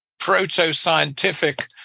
proto-scientific